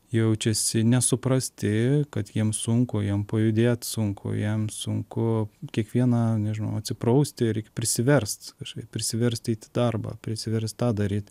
jaučiasi nesuprasti kad jiems sunku jiem pajudėti sunku jiem sunku kiekvieną nežinau atsiprausti reikia prisiverst kažkaip prisiverst eiti į darbą prisiverst tą daryt